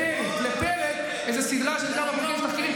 רולניק אחד,